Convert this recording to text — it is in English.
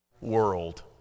world